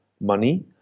money